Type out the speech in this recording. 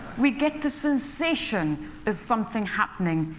we get the sensation of something happening.